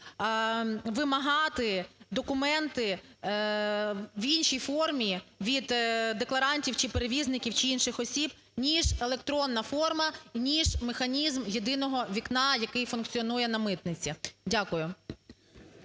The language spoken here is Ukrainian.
вимагати документи в іншій формі від декларантів чи перевізників, чи інших осіб, ніж електронна форма, ніж механізм "єдиного вікна", який функціонує на митниці. Дякую.